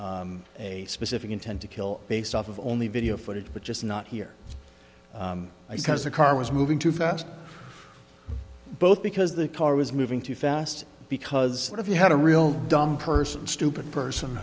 find a specific intent to kill based off of only video footage but just not here because the car was moving too fast both because the car was moving too fast because if you had a real dumb person stupid person